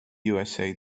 usa